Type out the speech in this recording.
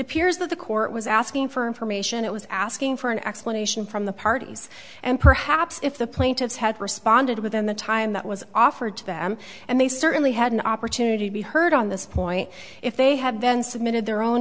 appears that the court was asking for information it was asking for an explanation from the parties and perhaps if the plaintiffs had responded within the time that was offered to them and they certainly had an opportunity to be heard on this point if they had then submitted their own